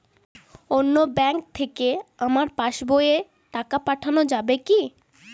অন্য ব্যাঙ্ক থেকে আমার পাশবইয়ে টাকা পাঠানো যাবে কি?